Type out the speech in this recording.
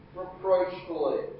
reproachfully